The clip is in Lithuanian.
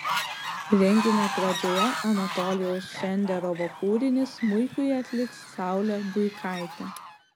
renginio pradžioje anatolijaus šenderovo kūrinį smuikui atliks saulė buikaitė